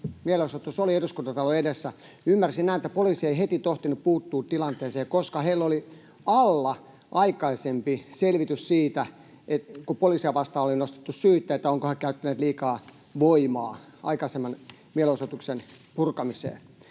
Elokapina-mielenosoitus oli Eduskuntatalon edessä, ymmärsin näin, että poliisi ei heti tohtinut puuttua tilanteeseen, koska heillä oli alla aikaisempi selvitys siitä — kun poliisia vastaan oli nostettu syyte — olivatko he käyttäneet liikaa voimaa aikaisemman mielenosoituksen purkamiseen.